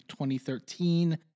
2013